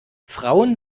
frauen